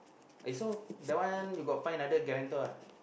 so that one you got find other guarantor ah